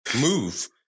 move